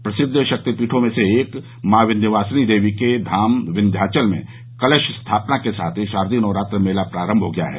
प्रसिद्ध शक्तिपीठों मे से एक माँ विध्यवासिनी देवी के धाम विध्याचल मे कलश स्थापना के साथ शारदीय नवरात्र मेला प्रारम्भ हो गया है